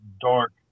dark